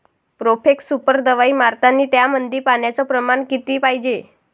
Profex super दवाई मारतानी त्यामंदी पान्याचं प्रमाण किती पायजे?